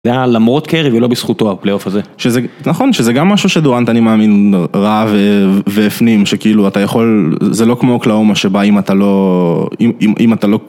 זה היה למרות קרי, זה לא בזכותו הפליי-אוף הזה. נכון, שזה גם משהו שדורנט אני מאמין ראה והפנים, שכאילו אתה יכול, זה לא כמו קלאומה שבה אם אתה לא...